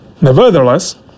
Nevertheless